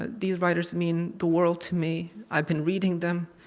ah these writers mean the world to me. i've been reading them.